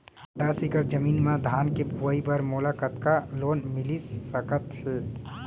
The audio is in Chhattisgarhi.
दस एकड़ जमीन मा धान के बुआई बर मोला कतका लोन मिलिस सकत हे?